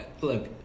look